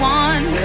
one